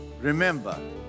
Remember